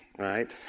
right